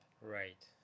right